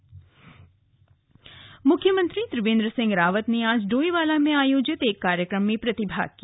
मुख्यमंत्री मुख्यमंत्री त्रिवेन्द्र सिंह रावत ने आज डोईवाला में आयोजित एक कार्यक्रम में प्रतिभाग किया